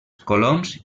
coloms